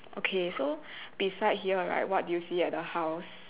okay so beside here right what do you see at the house